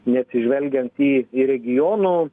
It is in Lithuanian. neatsižvelgiant į į regionų